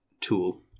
tool